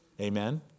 Amen